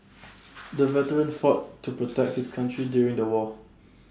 the veteran fought to protect his country during the war